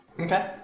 Okay